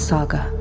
Saga